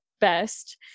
best